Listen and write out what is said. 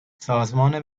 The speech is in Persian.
سازمان